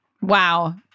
Wow